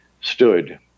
stood